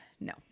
no